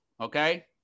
okay